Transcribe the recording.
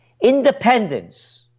independence